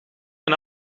een